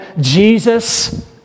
Jesus